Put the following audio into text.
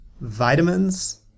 vitamins